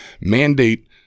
Mandate